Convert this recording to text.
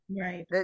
Right